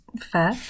fair